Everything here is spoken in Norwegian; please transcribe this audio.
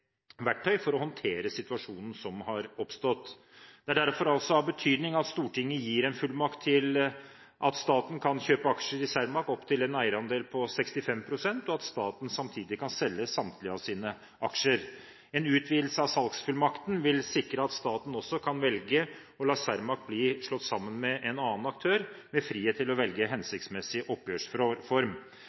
verktøy for å håndtere situasjonen som har oppstått. Det er derfor av betydning at Stortinget gir en fullmakt til at staten kan kjøpe aksjer i Cermaq ASA opp til en eierandel på 65 pst., og at staten samtidig kan selge samtlige av sine aksjer. En utvidelse av salgsfullmakten vil sikre at staten også kan velge å la Cermaq ASA bli slått sammen med en annen aktør, med frihet til å velge en hensiktsmessig